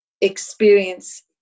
experience